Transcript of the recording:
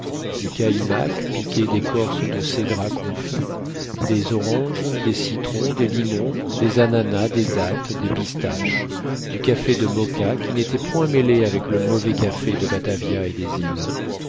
du kaïmak piqué d'écorces de cédrat confit des oranges des citrons des limons des ananas des dattes des pistaches du café de moka qui n'était point mêlé avec le mauvais café de batavia et des îles